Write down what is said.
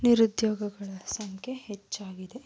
ನಿರುದ್ಯೋಗಗಳ ಸಂಖ್ಯೆ ಹೆಚ್ಚಾಗಿದೆ